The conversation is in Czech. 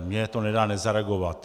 Mně to nedá nezareagovat.